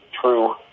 true